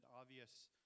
obvious